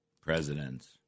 presidents